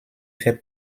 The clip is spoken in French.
fait